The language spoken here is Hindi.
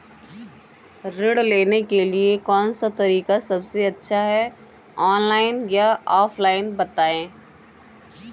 ऋण लेने के लिए कौन सा तरीका सबसे अच्छा है ऑनलाइन या ऑफलाइन बताएँ?